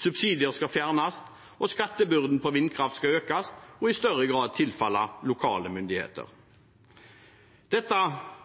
Subsidier skal fjernes, og skattebyrden på vindkraft skal økes og i større grad tilfalle lokale myndigheter. Dette